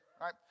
right